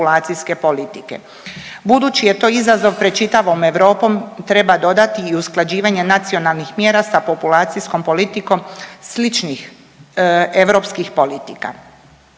Budući je to izazov pred čitavom Europom treba dodati i usklađivanje nacionalnih mjera sa populacijskom politikom sličnih europskih politika.